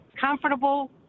comfortable